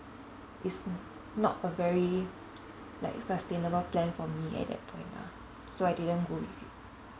it's n~ not a very like sustainable plan for me at that point lah so I didn't go with it